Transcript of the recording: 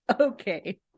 Okay